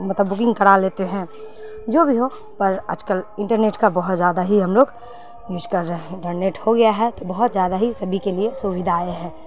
مطلب بکنگ کرا لیتے ہیں جو بھی ہو پر آج کل انٹرنیٹ کا بہت زیادہ ہی ہم لوگ یوج کر رہے ہیں انٹرنیٹ ہو گیا ہے تو بہت زیادہ ہی سبھی کے لیے سویدھائیں ہیں